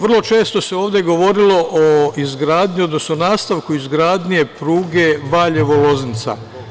Vrlo često se ovde govorilo o izgradnji, odnosno nastavku izgradnje pruge Valjevo – Loznica.